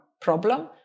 problem